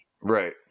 right